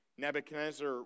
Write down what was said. Nebuchadnezzar